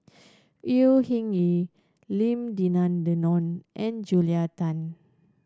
Au Hing Yee Lim Denan Denon and Julia Tan